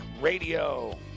Radio